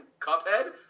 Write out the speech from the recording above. Cuphead